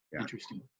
interesting